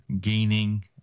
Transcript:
gaining